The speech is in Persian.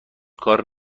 کار